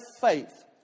faith